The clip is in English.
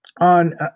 on